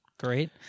Great